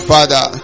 Father